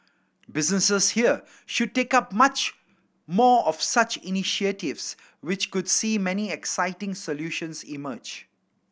businesses here should take up much more of such initiatives which could see many exciting solutions emerge